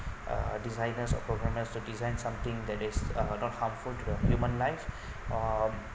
uh designers or programmers to design something that is uh not harmful to the human life or